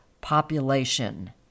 population